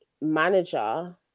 manager